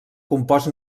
compost